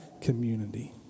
community